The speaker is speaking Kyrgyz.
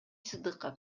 сыдыков